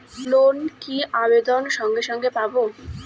Loan কি আবেদনের সঙ্গে সঙ্গে পাব?